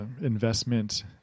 investment